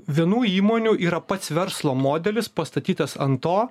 vienų įmonių yra pats verslo modelis pastatytas ant to